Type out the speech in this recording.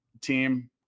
team